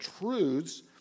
truths